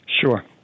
Sure